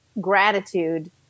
gratitude